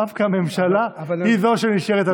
דווקא הממשלה היא שנשארת על תילה.